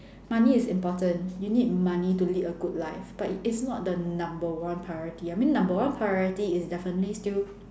money is important you need money to lead a good life but it's not the number one priority I mean number one priority is definitely still